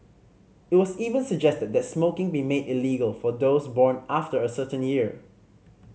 it was even suggested that smoking be made illegal for those born after a certain year